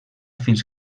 fins